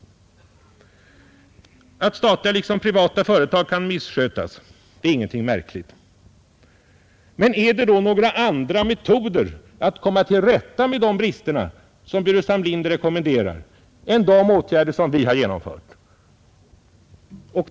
Att statliga liksom privata företag kan misskötas är ingenting samheten märkligt. Men är det då några andra metoder att komma till rätta med dessa brister som herr Burenstam Linder rekommenderar än de åtgärder som vi har genomfört?